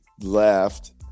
left